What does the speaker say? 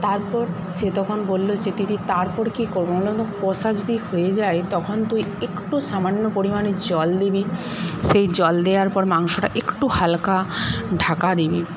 তারপর সে তখন বলল যে দিদি তারপর কি করবো কষা যদি হয়ে যায় তখন তুই একটু সামান্য পরিমানে জল দিবি সেই জল দেওয়ার পর মাংসটা একটু হালকা ঢাকা দিবি